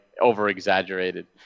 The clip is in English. over-exaggerated